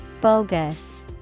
Bogus